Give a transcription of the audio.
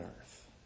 earth